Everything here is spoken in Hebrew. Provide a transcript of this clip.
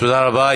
תודה רבה.